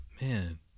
man